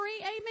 Amen